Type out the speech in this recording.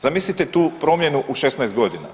Zamislite tu promjenu u 16 godina.